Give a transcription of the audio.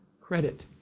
credit